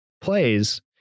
plays